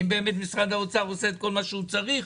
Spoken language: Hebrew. אם משרד האוצר עושה את כל מה שצריך.